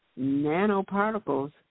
nanoparticles